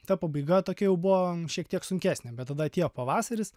ta pabaiga tokia jau buvo šiek tiek sunkesnė bet tada atėjo pavasaris